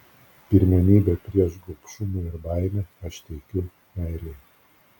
pirmenybę prieš gobšumą ir baimę aš teikiu meilei